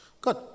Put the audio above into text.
Good